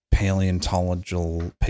Paleontological